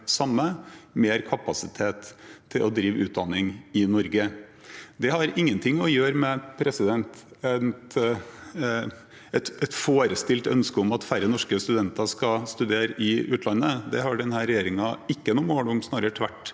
samme – mer kapasitet til å drive utdanning i Norge. Det har ingenting å gjøre med et forestilt ønske om at færre norske studenter skal studere i utlandet. Det har denne regjeringen ikke noe mål om, snarere tvert